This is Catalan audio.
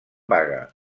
vaga